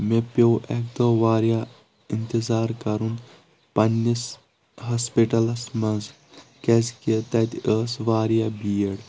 مےٚ پیو اکہِ دۄہ واریاہ انتظار کرُن پنٕنس ہاسپٹلس منٛز کیٛازِ کہِ تتہِ ٲس واریاہ بیٖڑ